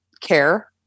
care